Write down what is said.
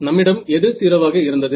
நம்மிடம் எது 0 ஆக இருந்தது